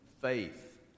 faith